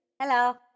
Hello